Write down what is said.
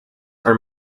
are